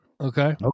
Okay